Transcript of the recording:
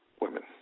women